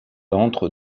entre